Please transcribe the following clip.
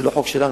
זה לא חוק שלנו,